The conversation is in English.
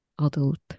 adult